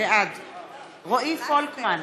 בעד רועי פולקמן,